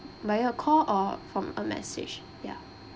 by a call or from a message ya